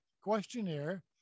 questionnaire